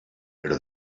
però